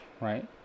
right